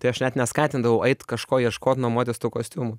tai aš net neskatindavau eit kažko ieškot nuomotis tų kostiumų